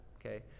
Okay